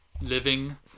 living